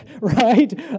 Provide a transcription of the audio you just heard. right